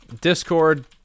discord